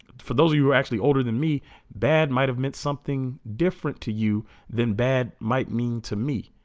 for those of you were actually older than me bad might have meant something different to you then bad might mean to me